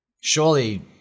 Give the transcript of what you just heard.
surely